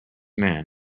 man